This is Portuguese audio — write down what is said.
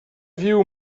viu